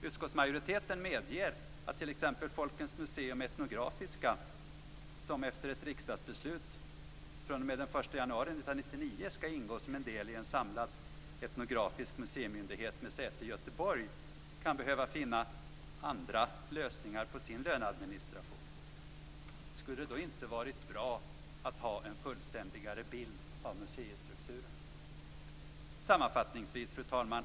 Utskottsmajoriteten medger att t.ex. Folkens museum - etnografiska, som efter ett riksdagsbeslut fr.o.m. den 1 januari 1999 skall ingå som en del i en samlad etnografisk museimyndighet med säte i Göteborg, kan behöva finna andra lösningar för sin löneadministration. Skulle det då inte ha varit bra att ha en fullständigare bild av museistrukturen? Sammanfattningsvis, fru talman!